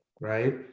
right